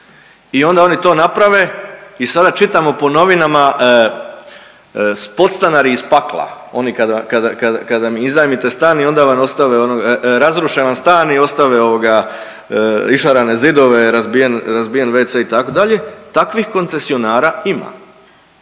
I onda oni to naprave i sada čitamo po novinama podstanari iz pakla, oni kada, kada iznajmite stan i onda vam ostave ono, razruše vam stan i ostave ovoga išarane zidove, razbijen wc itd., takvih koncesionara ima.